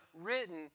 written